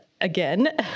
again